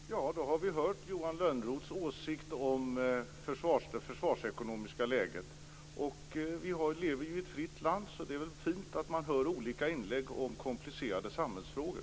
Fru talman! Ja, då har vi hört Johan Lönnroths åsikt om det försvarsekonomiska läget. Vi lever ju i ett fritt land, så det är väl fint att man hör olika inlägg om komplicerade samhällsfrågor.